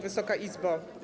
Wysoka Izbo!